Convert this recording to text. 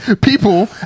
people